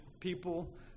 people